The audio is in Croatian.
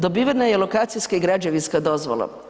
Dobivena je lokacijska i građevinska dozvola.